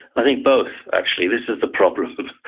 i think both actually. this is the problem.